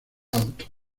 out